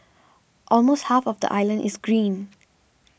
almost half of the island is green